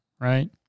right